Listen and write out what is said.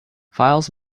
files